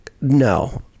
no